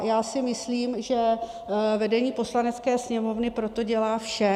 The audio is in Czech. Já si myslím, že vedení Poslanecké sněmovny pro to dělá vše.